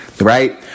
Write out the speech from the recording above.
Right